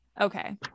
Okay